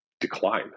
Decline